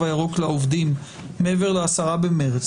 הירוק לעובדים מעבר לתאריך 10 במרץ,